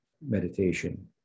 meditation